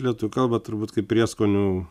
į lietuvių kalbą turbūt kaip prieskonių